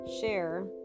share